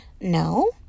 No